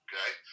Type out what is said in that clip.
Okay